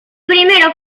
primero